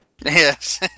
Yes